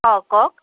অঁ কওক